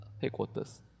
headquarters